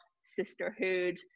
sisterhood